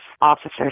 officer's